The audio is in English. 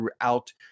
throughout